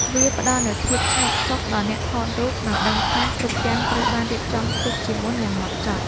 វាផ្ដល់នូវភាពស្ងប់សុខដល់អ្នកថតរូប ដោយដឹងថាគ្រប់យ៉ាងត្រូវបានរៀបចំទុកជាមុនយ៉ាងហ្មត់ចត់។